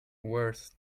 worse